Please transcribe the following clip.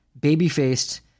baby-faced